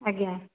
ଆଜ୍ଞା